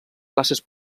classes